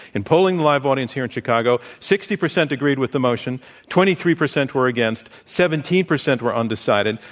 in polling the live audience here in chicago, sixty percent agreed with the motion twenty three percent were against seventeen percent were undecided.